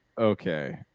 Okay